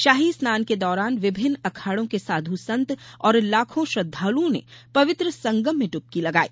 शाही स्नान के दौरान विभिन्न अखाड़ों के साध संत और लाखों श्रद्दालुओं ने पवित्र संगम में ड्बकी लगाई